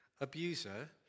abuser